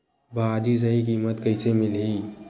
भाजी सही कीमत कइसे मिलही?